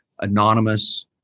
anonymous